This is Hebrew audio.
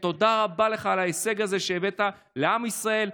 תודה רבה לך על ההישג הזה שהבאת לעם ישראל,